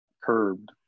curbed